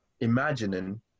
imagining